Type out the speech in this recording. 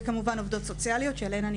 וכמובן עובדות סוציאליות שעליהן אני